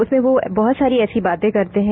उसमें वे बहुत सारे ऐसी बाते करते हैं